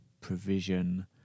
provision